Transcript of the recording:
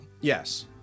Yes